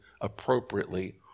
appropriately